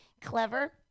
clever